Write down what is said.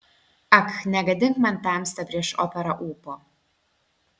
ak negadink man tamsta prieš operą ūpo